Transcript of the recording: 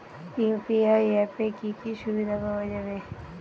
UPI অ্যাপে কি কি সুবিধা পাওয়া যাবে?